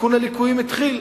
תיקון הליקויים התחיל,